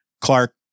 Clark